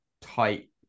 tight